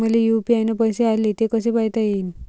मले यू.पी.आय न पैसे आले, ते कसे पायता येईन?